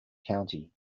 county